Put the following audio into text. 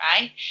right